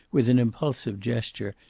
with an impulsive gesture,